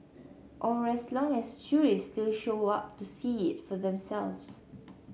or as long as tourists still show up to see it for themselves